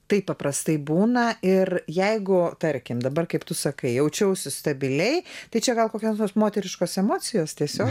taip paprastai būna ir jeigu tarkim dabar kaip tu sakai jaučiausi stabiliai tai čia gal kokios nors moteriškos emocijos tiesiog